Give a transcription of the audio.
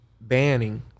banning